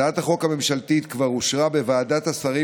הצעת החוק הממשלתית כבר אושרה בוועדת השרים